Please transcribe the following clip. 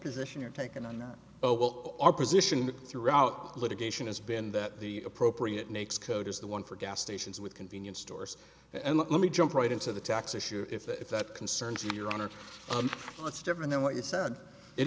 position you're taking on that oh well our position throughout litigation has been that the appropriate next code is the one for gas stations with convenience stores and let me jump right into the tax issue if that concerns you your honor that's different than what you said it